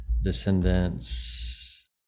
descendants